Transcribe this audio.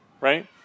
right